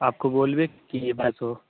आपको बोलवे किए बारह सौ